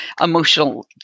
emotional